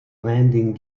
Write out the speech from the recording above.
landing